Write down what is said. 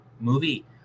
movie